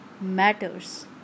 matters